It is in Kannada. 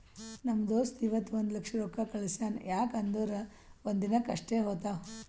ನಮ್ ದೋಸ್ತ ಇವತ್ ಒಂದ್ ಲಕ್ಷ ರೊಕ್ಕಾ ಕಳ್ಸ್ಯಾನ್ ಯಾಕ್ ಅಂದುರ್ ಒಂದ್ ದಿನಕ್ ಅಷ್ಟೇ ಹೋತಾವ್